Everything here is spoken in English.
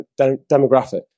demographic